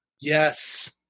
Yes